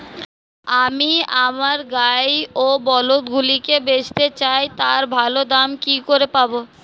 আমি আমার গাই ও বলদগুলিকে বেঁচতে চাই, তার ভালো দাম কি করে পাবো?